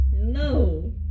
No